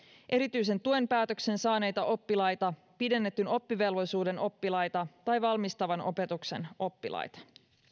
erityisen tuen päätöksen saaneita oppilaita pidennetyn oppivelvollisuuden oppilaita tai valmistavan opetuksen oppilaita